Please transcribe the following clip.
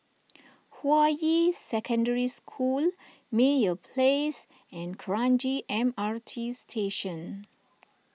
Hua Yi Secondary School Meyer Place and Kranji M R T Station